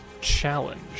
Challenge